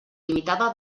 limitada